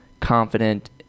confident